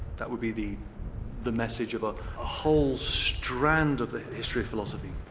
that would be the the message of a whole strand of the history of philosophy.